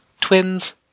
twins